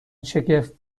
شگفت